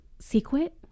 Secret